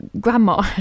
grandma